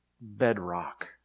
bedrock